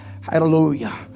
hallelujah